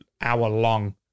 hour-long